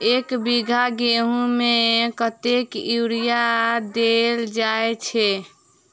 एक बीघा गेंहूँ मे कतेक यूरिया देल जाय छै?